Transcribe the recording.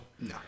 No